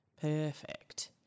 Perfect